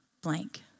blank